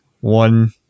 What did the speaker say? one